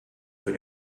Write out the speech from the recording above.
für